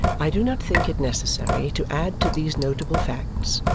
i do not think it necessary to add to these notable facts,